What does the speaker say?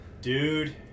dude